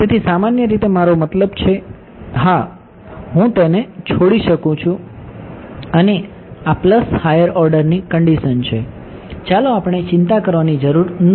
તેથી સામાન્ય રીતે મારો મતલબ છે કે હા હું તેને છોડી શકું છું અને આ પ્લસ હાયર ઓર્ડરની કન્ડિશન છે ચાલો આપણે ચિંતા કરવાની જરૂર નથી